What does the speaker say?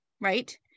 right